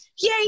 yay